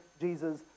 Jesus